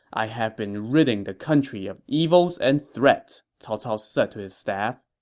i have been ridding the country of evils and threats, cao cao said to his staff.